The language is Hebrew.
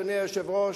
אדוני היושב-ראש,